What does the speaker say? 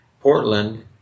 Portland